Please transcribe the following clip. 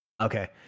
Okay